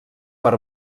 per